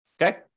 okay